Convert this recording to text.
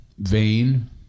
Vain